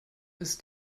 ist